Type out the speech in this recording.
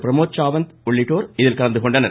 பிரமோத் சாவந்த் உள்ளிட்டோர் இதில் கலந்து கொண்டனர்